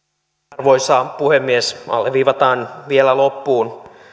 arvoisa puhemies alleviivataan vielä loppuun